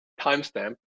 timestamp